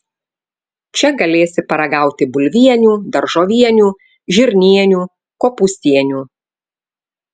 čia galėsi paragauti bulvienių daržovienių žirnienių kopūstienių